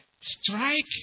strike